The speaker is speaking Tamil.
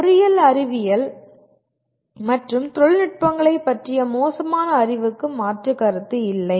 பொறியியல் அறிவியல் மற்றும் தொழில்நுட்பங்களைப் பற்றிய மோசமான அறிவுக்கு மாற்றுக் கருத்து இல்லை